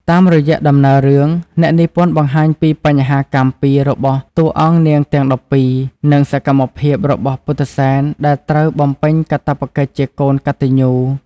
តាមរយៈដំណើររឿង អ្នកនិពន្ធបង្ហាញពីបញ្ហាកម្មពៀររបស់តួអង្គនាងទាំង១២ និងសកម្មភាពរបស់ពុទ្ធិសែនដែលត្រូវបំពេញកាតព្វកិច្ចជាកូនកត្តញ្ញូ។